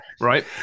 right